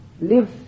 live